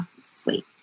Sweet